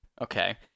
Okay